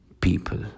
people